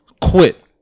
quit